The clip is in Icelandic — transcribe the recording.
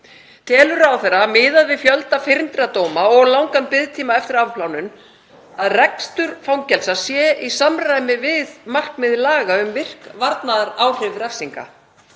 Telur ráðherra, miðað við fjölda fyrndra dóma og langan biðtíma eftir afplánun, að rekstur fangelsa sé í samræmi við markmið laga um virk varnaðaráhrif refsinga?